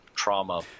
trauma